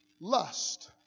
lust